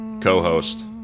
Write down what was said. Co-host